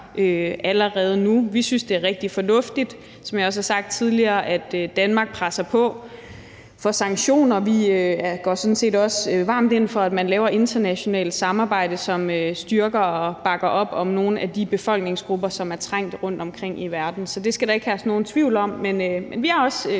allerede nu. Vi synes, det er rigtig fornuftigt, som jeg også har sagt tidligere, at Danmark presser på for sanktioner. Vi går sådan set også varmt ind for, at man laver internationalt samarbejde, som styrker og bakker op om nogle af de befolkningsgrupper, som er trængte rundtomkring i verden. Så det skal der ikke herske nogen tvivl om. Men vi er også